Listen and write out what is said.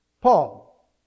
Paul